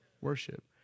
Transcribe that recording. worship